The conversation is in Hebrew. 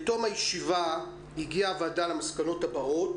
בתום הישיבה הגיעה הוועדה למסקנות הבאות